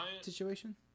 situation